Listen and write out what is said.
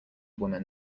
woman